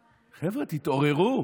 חבר'ה, תתעוררו.